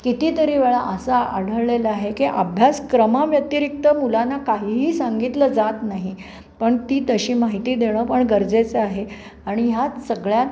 कितीतरी वेळा असं आढळलेला आहे की अभ्यासक्रमाव्यतिरिक्त मुलांना काहीही सांगितलं जात नाही पण ती तशी माहिती देणं पण गरजेचं आहे आणि ह्या सगळ्यात